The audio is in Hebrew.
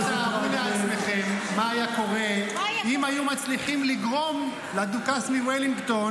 רק תארו לעצמכם מה היה קורה אם היינו מצליחים לגרום לדוכס מוולינגטון